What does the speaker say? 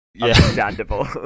understandable